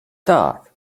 tak